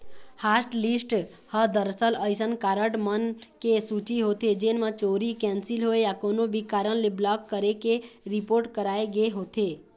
hotlist ह दरअसल अइसन कारड मन के सूची होथे जेन म चोरी, कैंसिल होए या कोनो भी कारन ले ब्लॉक करे के रिपोट कराए गे होथे